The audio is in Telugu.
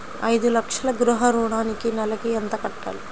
ఐదు లక్షల గృహ ఋణానికి నెలకి ఎంత కట్టాలి?